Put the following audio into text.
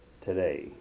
today